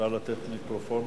אפשר לתת מיקרופון?